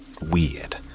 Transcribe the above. weird